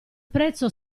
prezzo